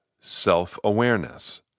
self-awareness